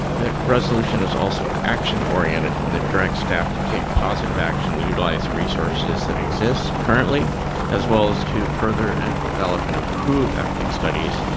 the resolution is also action oriented in that direct staff to take positive action utilizing resources that exist currently as well as to further and develop and improve ethnic studies.